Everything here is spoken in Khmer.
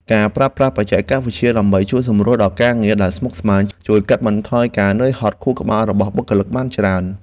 ការប្រើប្រាស់បច្ចេកវិទ្យាដើម្បីជួយសម្រួលដល់ការងារដែលស្មុគស្មាញ ជួយកាត់បន្ថយការហត់នឿយខួរក្បាលរបស់បុគ្គលិកបានច្រើន។